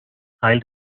teil